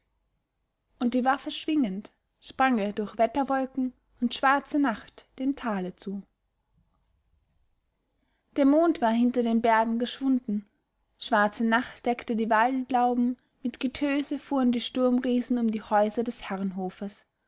und die waffe schwingend sprang er durch wetterwolken und schwarze nacht dem tale zu der mond war hinter den bergen geschwunden schwarze nacht deckte die waldlauben mit getöse fuhren die sturmriesen um die häuser des